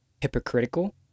Hypocritical